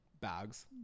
bags